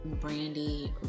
Brandy